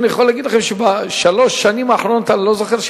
אני יכול להגיד לכם שאני לא זוכר שהוא